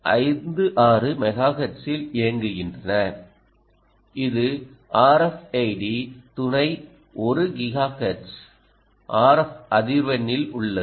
56 மெகாஹெர்ட்ஸில் இயங்குகின்றன இது RFID துணை 1 கிகாஹெர்ட்ஸ் RF அதிர்வெண்ணில் உள்ளது